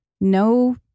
no